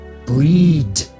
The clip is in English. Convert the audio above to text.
Breed